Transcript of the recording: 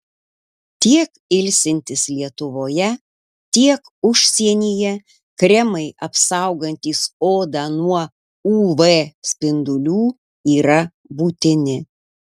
tiek ilsintis lietuvoje tiek užsienyje kremai apsaugantys odą nuo uv spindulių yra būtini